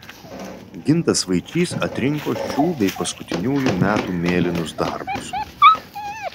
gintas vaičys atrinko šių bei paskutiniųjų metų mėlynus darbus